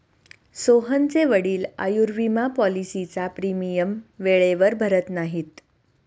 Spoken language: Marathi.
सोहनचे वडील आयुर्विमा पॉलिसीचा प्रीमियम वेळेवर भरत नाहीत